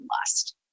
lust